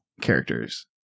characters